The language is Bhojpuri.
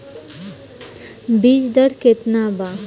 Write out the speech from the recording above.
बीज दर केतना बा?